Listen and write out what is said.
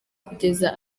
kugeza